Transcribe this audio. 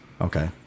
okay